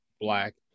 black